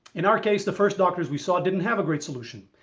in our case the first doctors we saw didn't have a great solution.